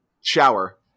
shower